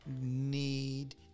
need